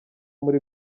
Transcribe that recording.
muri